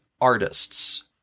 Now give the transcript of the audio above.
artists